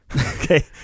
Okay